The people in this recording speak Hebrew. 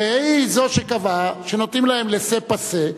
והיא זו שקבעה שנותנים להם laissez passer,